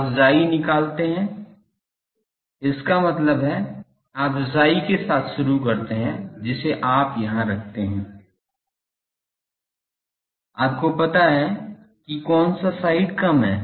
आप chi निकालते हैं इसका मतलब हैं आप chi के साथ शुरू करते हैं जिसे आप यहां रखते हैं आपको पता चलता है कि कौन सा साइड कम है